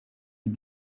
est